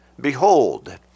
behold